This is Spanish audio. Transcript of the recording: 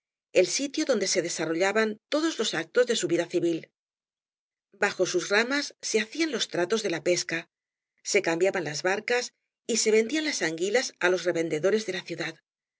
el sitio donde se desarrollaban todos los actos de su vida civil b jo sus ramas se hacían los tratos de la pesca se cambiaban las barcas y se vendían las anguilas á los revendedores de la ciudad